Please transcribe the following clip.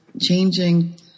changing